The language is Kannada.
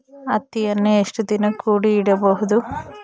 ಹತ್ತಿಯನ್ನು ಎಷ್ಟು ದಿನ ಕೂಡಿ ಇಡಬಹುದು?